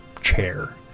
chair